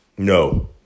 No